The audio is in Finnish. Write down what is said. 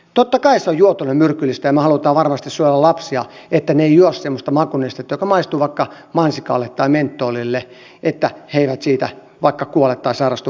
totta kai se on juotuna myrkyllistä ja me haluamme varmasti suojella lapsia että he eivät juo sellaista makunestettä joka maistuu vaikka mansikalle tai mentolille että he eivät siitä vaikka kuole tai sairastu vakavasti